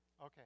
Okay